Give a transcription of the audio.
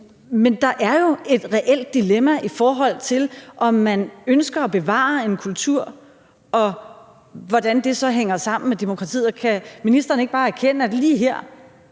Men der er jo et reelt dilemma, i forhold til om man ønsker at bevare en kultur, og hvordan det så hænger sammen med demokratiet. Kan ministeren ikke bare erkende, at lige her